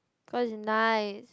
cause its nice